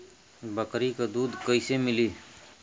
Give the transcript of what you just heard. बकरी क दूध कईसे मिली?